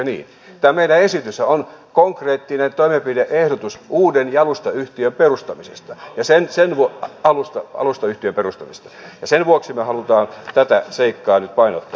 tämä meidän esityksemmehän on konkreettinen toimenpide ehdotus uuden jalustayhtiön perustamisesta alustayhtiön perustamisesta ja sen vuoksi me haluamme tätä seikkaa nyt painottaa